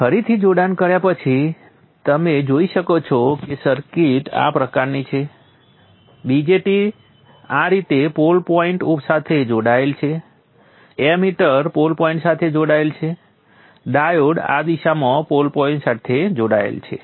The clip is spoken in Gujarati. ફરીથી જોડાણ કર્યા પછી તમે જોઇ શકો છો કે સર્કિટ આ પ્રકારની છે BJT આ રીતે પોલ પોઈન્ટ સાથે જોડાયેલ છે એમિટર પોલ પોઈન્ટ સાથે જોડાયેલ છે ડાયોડ આ દિશામાં પોલ પોઈન્ટ સાથે જોડાયેલ છે